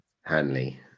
Hanley